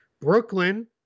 Brooklyn